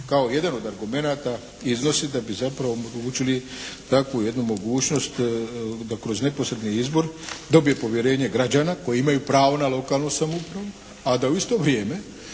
kao jedan od argumenata iznosi da bi zapravo omogućili takvu jednu mogućnost kroz neposredni izbor dobije povjerenje građana koji imaju pravo na lokalnu samoupravu a da u isto vrijeme